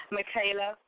Michaela